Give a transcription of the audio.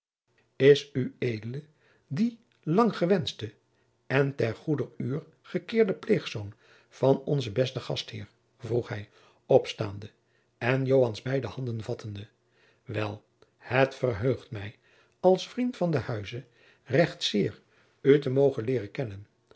die langgewenschte en ter goeder uur gekeerde pleegzoon van onzen besten gastheer vroeg hij opstaande en joans beide handen vattende wel het verheugt mij als vriend van den huize recht zeer u te mogen leeren kennen